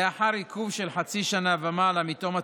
לאחר עיכוב של חצי שנה ומעלה מתום התקופה,